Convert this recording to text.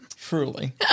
Truly